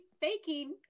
baking